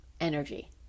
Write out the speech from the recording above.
energy